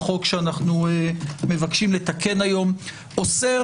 החוק שאנו מבקשים לתקן היום אוסר